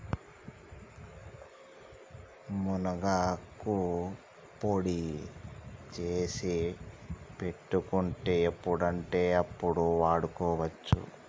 మునగాకు పొడి చేసి పెట్టుకుంటే ఎప్పుడంటే అప్పడు వాడుకోవచ్చు